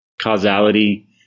causality